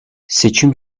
seçim